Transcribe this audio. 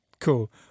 Cool